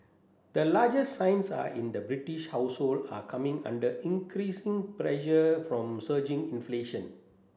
the largest signs are in the British household are coming under increasing pressure from surging inflation